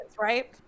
right